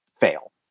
fail